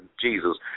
Jesus